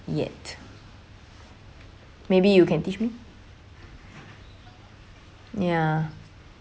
yet maybe you can teach me ya